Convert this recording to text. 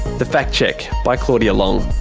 the fact check by claudia long,